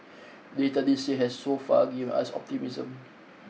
data this year has so far given us optimism